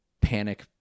panic